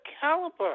caliber